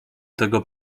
tego